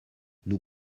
nous